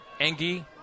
Engie